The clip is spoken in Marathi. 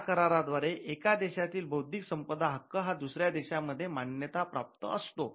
या कराराद्वारे एका देशातील बौद्धिक संपदा हक्क हा दुसऱ्या देशांमध्ये मान्यता प्राप्त असतो